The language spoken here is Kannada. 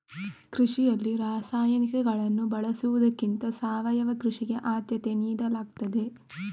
ಕೃಷಿಯಲ್ಲಿ ರಾಸಾಯನಿಕಗಳನ್ನು ಬಳಸುವುದಕ್ಕಿಂತ ಸಾವಯವ ಕೃಷಿಗೆ ಆದ್ಯತೆ ನೀಡಲಾಗ್ತದೆ